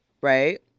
right